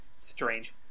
strange